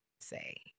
say